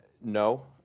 No